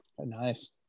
Nice